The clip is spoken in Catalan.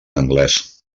anglès